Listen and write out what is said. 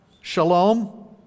Shalom